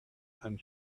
and